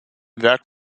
werk